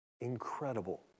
incredible